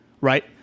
right